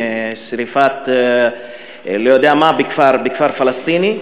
שרפת לא יודע מה בכפר פלסטיני.